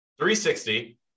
360